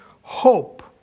hope